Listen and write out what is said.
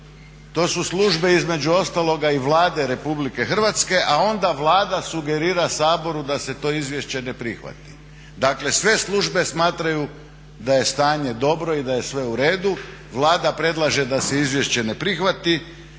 To su službe, između ostaloga, i Vlade RH a onda Vlada sugerira Saboru da se to izvješće ne prihvati. Dakle, sve službe smatraju da je stanje dobro i da je sve u redu, Vlada predlaže da se izvješće ne prihvati